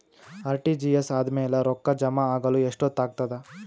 RTGS ಆದ್ಮೇಲೆ ರೊಕ್ಕ ಜಮಾ ಆಗಲು ಎಷ್ಟೊತ್ ಆಗತದ?